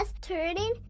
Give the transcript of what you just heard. turning